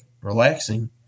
relaxing